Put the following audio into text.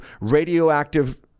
radioactive